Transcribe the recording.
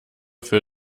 für